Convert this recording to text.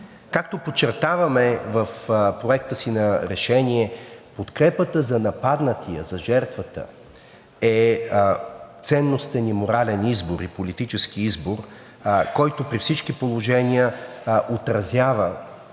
Както подчертаваме в Проекта си на решение, подкрепата за нападнатия, за жертвата е ценностен морален и политически избор, който при всички положения отразява